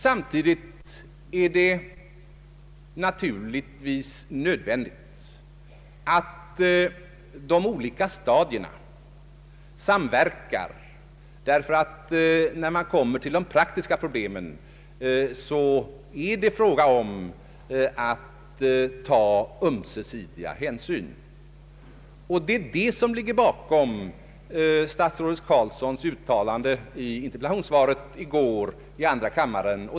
Samtidigt är det naturligtvis nödvändigt att en samverkan sker mellan de olika stadierna, därför att när man kommer till de praktiska problemen måste ändå ömsesidiga hänsyn tas. Vad jag nu har anfört ligger bakom statsrådet Carlssons uttalande i interpellationssvaret i går i andra kammaren.